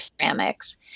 ceramics